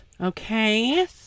okay